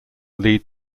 lead